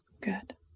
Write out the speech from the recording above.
Good